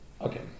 Okay